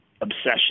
obsession